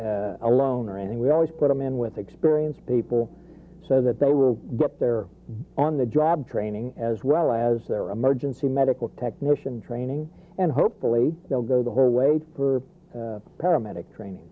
ride alone or anything we always put them in with experienced people so that they will get there on the job training as well as their emergency medical technician training and hopefully they'll go the her way for paramedic training